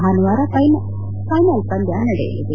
ಭಾನುವಾರ ಫೈನಲ್ ಪಂದ್ಯ ನಡೆಯಲಿದೆ